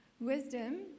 Wisdom